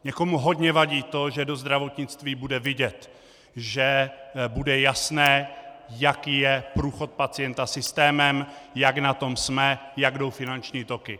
Někomu hodně vadí to, že do zdravotnictví bude vidět, že bude jasné, jaký je průchod pacienta systémem, jak na tom jsme, jak jdou finanční toky.